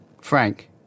Frank